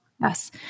Yes